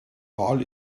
wal